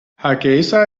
hargeysa